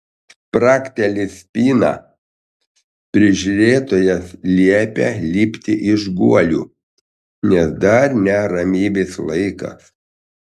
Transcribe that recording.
spragteli spyna prižiūrėtojas liepia lipti iš guolių nes dar ne ramybės laikas